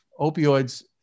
opioids